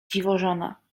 dziwożona